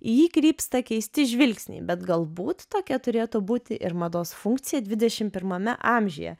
į jį krypsta keisti žvilgsniai bet galbūt tokia turėtų būti ir mados funkcija dvidešimt pirmame amžiuje